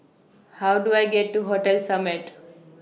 How Do I get to Hotel Summit